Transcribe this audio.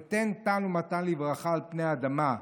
ותן טל ומטר לברכה על פני האדמה,